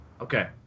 Okay